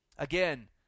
again